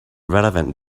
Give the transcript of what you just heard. relevant